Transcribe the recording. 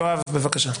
יואב, בבקשה.